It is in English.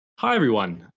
hi, everyone,